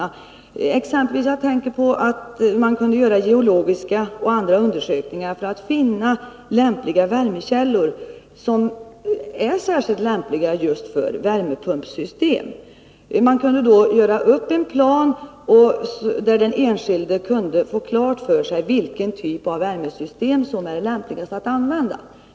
Jag tänker exempelvis på att man skulle kunna göra geologiska och andra undersökningar för att finna värmekällor som är särskilt lämpliga för just värmepumpsystem. Man skulle då kunna göra upp en plan där den enskilde fick klart för sig vilken typ av värmesystem som det är lämpligast att använda.